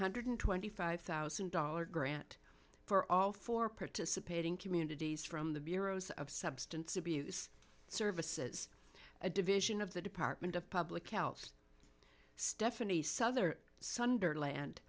hundred twenty five thousand dollars grant for all four participating communities from the bureau's of substance abuse services a division of the department of public health stephanie souther